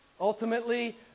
ultimately